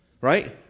right